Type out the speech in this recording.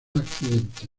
accidente